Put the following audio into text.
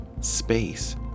space